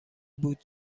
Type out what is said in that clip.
بود